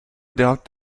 doubt